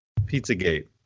Pizzagate